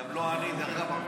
גם לא אני, דרך אגב.